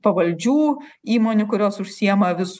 pavaldžių įmonių kurios užsiema vis